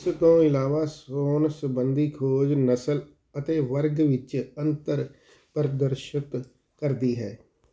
ਇਸ ਤੋਂ ਇਲਾਵਾ ਸੌਣ ਸੰਬੰਧੀ ਖੋਜ ਨਸਲ ਅਤੇ ਵਰਗ ਵਿੱਚ ਅੰਤਰ ਪ੍ਰਦਰਸ਼ਿਤ ਕਰਦੀ ਹੈ